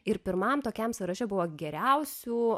ir pirmam tokiam sąraše buvo geriausių